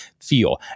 feel